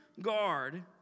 guard